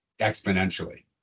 exponentially